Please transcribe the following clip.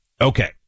okay